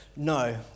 No